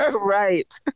Right